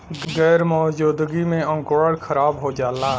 गैर मौजूदगी में अंकुरण खराब हो जाला